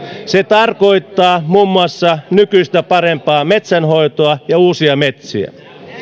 se tarkoittaa muun muassa nykyistä parempaa metsänhoitoa ja uusia metsiä